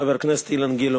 חבר הכנסת אילן גילאון.